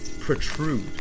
protrude